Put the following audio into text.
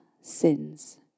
sins